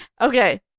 Okay